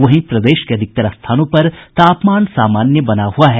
वहीं प्रदेश के अधिकतर स्थानों पर तापमान सामान्य बना हुआ है